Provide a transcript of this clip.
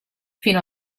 fino